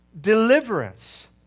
deliverance